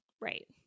right